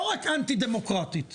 לא רק אנטי דמוקרטית.